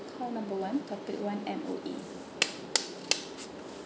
call number one topic one M_O_E